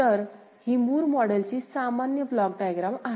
तर ही मूर मॉडेलची सामान्य ब्लॉक डायग्राम आहे